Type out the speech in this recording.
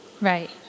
Right